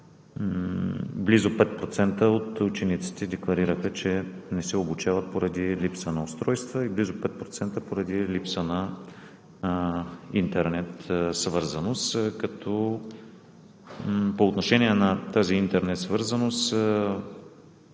близо 5% от учениците декларираха, че не се обучават поради липса на устройства и близо 5% поради липса на интернет свързаност, като по отношение на тази интернет свързаност